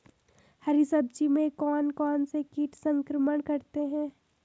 हरी सब्जी में कौन कौन से कीट संक्रमण करते हैं?